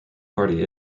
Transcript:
party